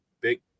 big